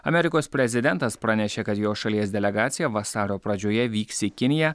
amerikos prezidentas pranešė kad jo šalies delegacija vasario pradžioje vyks į kiniją